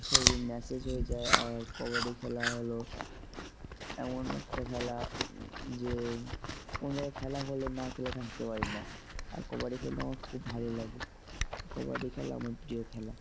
শরীর ম্যাসেজ হয়ে যায় আর কবাডি খেলা হলো এমন একটা খেলা যে কোন জায়গায় খেলা হলে না খেলে থাকতে পারি না আর কবাডি খেলতে আমার খুব ভালো লাগে কবাডি খেলা আমার প্রিয় খেলা